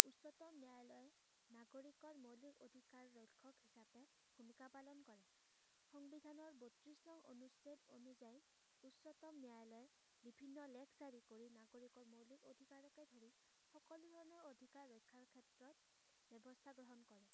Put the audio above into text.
উচ্চতম ন্যায়ালয়ে নাগৰিকৰ মৌলিক অধিকাৰ ৰক্ষক হিচাপে ভূমিকা পালন কৰে সংবিধানৰ বত্ৰিছ নং অনুচ্ছেদ অনুযায়ী উচ্চতম ন্যায়ালয় বিভিন্ন লেখ জাৰী কৰি নাগৰিকৰ মৌলিক অধিকাৰকে ধৰি সকলো ধৰণৰ অধিকাৰ ৰক্ষাৰ ক্ষেত্ৰত ব্যৱস্থা গ্ৰহণ কৰে